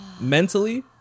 mentally